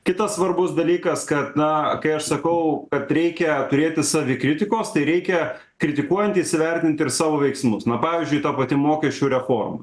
kita svarbus dalykas kad na kai aš sakau kad reikia turėti savikritikos tai reikia kritikuojant įsivertint ir savo veiksmus pavyzdžiui ta pati mokesčių reforma